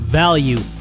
value